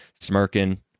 smirking